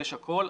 יש הכול.